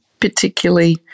particularly